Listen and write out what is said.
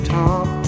top